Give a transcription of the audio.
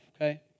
okay